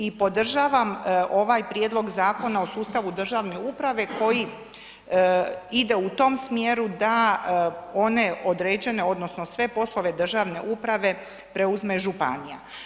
I podržavam ovaj prijedlog Zakona o sustavu državne uprave koji ide u tom smjeru da one određene odnosno sve poslove državne uprave preuzme županija.